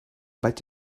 vaig